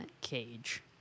Cage